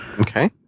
Okay